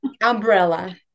umbrella